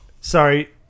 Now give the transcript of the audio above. sorry